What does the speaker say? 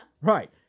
right